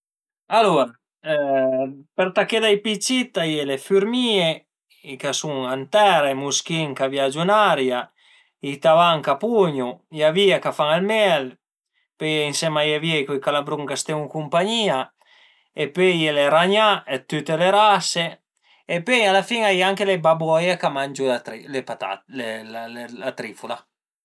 Alura për taché dai pi cit a ie le fürmìe ch'a sun ën tera, i muschin ch'a viagiu ën aria, i tavagn ch'a pugnu, le avìe ch'a fan ël mel, pöi ënsema a le avìe a ie co i calabrun ch'a së tenu cumpagnìa e pöi a ie le ragnà dë tüte le rase e pöi a la fin a ie anche le baboie ch'a mangiu le patate, la trifula